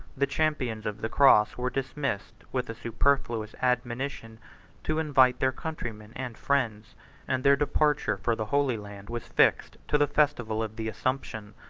the champions of the cross were dismissed with a superfluous admonition to invite their countrymen and friends and their departure for the holy land was fixed to the festival of the assumption,